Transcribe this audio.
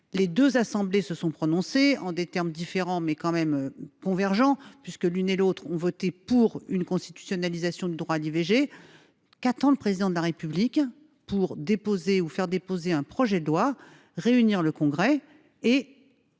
Les deux assemblées se sont prononcées en des termes certes différents, mais convergents : l’une et l’autre ont voté pour une constitutionnalisation de ce droit. Qu’attend le Président de la République pour faire déposer un projet de loi, réunir le Congrès et